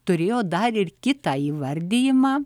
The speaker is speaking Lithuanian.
turėjo dar ir kitą įvardijimą